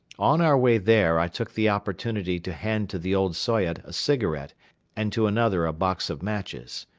on our way there i took the opportunity to hand to the old soyot a cigarette and to another a box of matches.